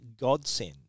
godsend